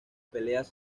peleas